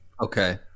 Okay